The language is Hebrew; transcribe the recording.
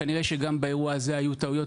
כנראה שבאירוע הזה היו טעויות,